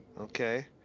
Okay